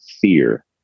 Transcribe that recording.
fear